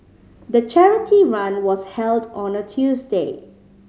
the charity run was held on a Tuesday